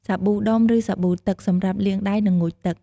សាប៊ូដុំ ឬសាប៊ូទឹកសម្រាប់លាងដៃ និងងូតទឹក។